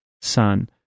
Son